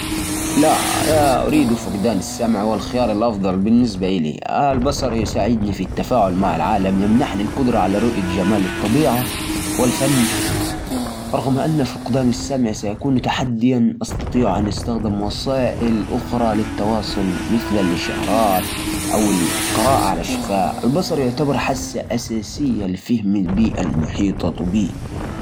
والله صعبة لكن لو لازم أختار أفضل أفقد سمعي. البصر مهم عشان تشوف الدنيا وتنتقل وتتعامل مع الناس السمع مهم لكن أقدر أستخدم لغة الإشارة أو تقنيات تساعدني أما البصر صعب تعوضه بنفس الطريقة